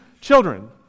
children